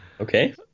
Okay